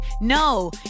no